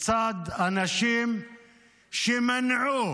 מצד אנשים שמנעו,